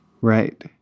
Right